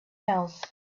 else